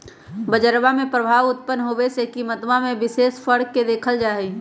बजरवा में प्रभाव उत्पन्न होवे से कीमतवा में विशेष फर्क के देखल जाहई